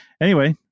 anyway-